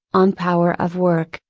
on power of work,